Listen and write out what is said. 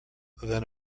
then